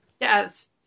yes